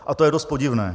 A to je dost podivné.